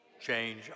Change